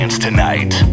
tonight